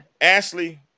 Ashley